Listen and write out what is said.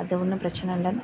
அது ஒன்றும் பிரச்சின இல்லை